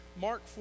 mark